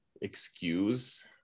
excuse